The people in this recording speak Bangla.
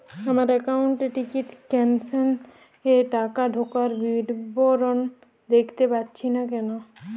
আমার একাউন্ট এ টিকিট ক্যান্সেলেশন এর টাকা ঢোকার বিবরণ দেখতে পাচ্ছি না কেন?